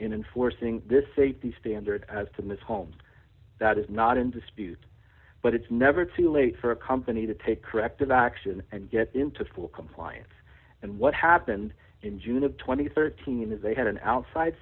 enforcing this safety standard as to miss home that is not in dispute but it's never too late for a company to take corrective action and get into full compliance and what happened in june of two thousand and thirteen is they had an outside